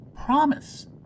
Promise